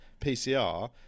pcr